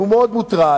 והוא מאוד מוטרד,